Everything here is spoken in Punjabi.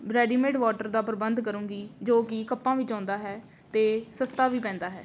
ਰੈਡੀਮੇਡ ਵੋਟਰ ਦਾ ਪ੍ਰਬੰਧ ਕਰੂੰਗੀ ਜੋ ਕਿ ਕੱਪਾਂ ਵਿੱਚ ਆਉਂਦਾ ਹੈ ਅਤੇ ਸਸਤਾ ਵੀ ਪੈਂਦਾ ਹੈ